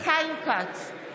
חיים כץ,